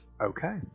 Okay